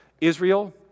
Israel